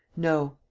no.